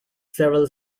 several